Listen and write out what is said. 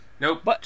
Nope